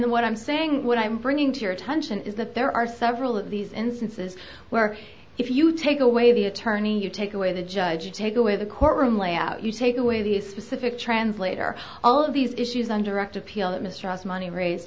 and what i'm saying what i'm bringing to your attention is that there are several of these instances where if you take away the attorney you take away the judge take away the courtroom layout you take away these specific translator all of these issues underactive peel that mistrust money raise